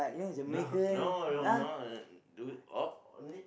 no no no no uh